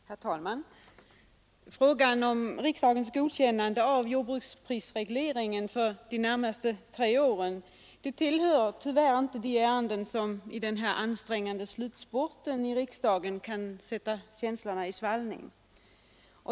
Herr talman! Frågan om riksdagens godkännande av jordbruksprisregleringen för de tre närmaste åren tillhör tyvärr inte de ärenden som i denna ansträngande slutspurt i riksdagen kan sätta känslor i svallning.